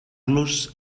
los